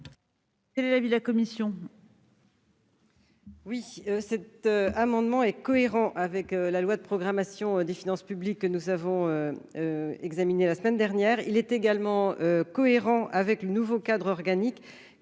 Quel est l'avis de la commission ?